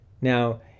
Now